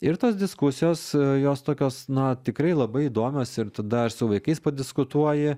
ir tos diskusijos jos tokios na tikrai labai įdomios ir tada ir su vaikais padiskutuoji